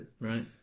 Right